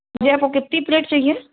जी आपको कितनी प्लेट चाहिए